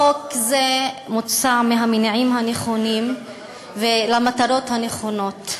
חוק זה מוצע מהמניעים הנכונים ולמטרות הנכונות.